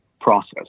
process